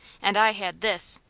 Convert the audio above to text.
and i had this.